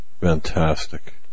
fantastic